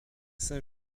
saint